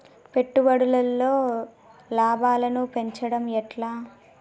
పెట్టుబడులలో లాభాలను పెంచడం ఎట్లా?